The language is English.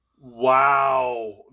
wow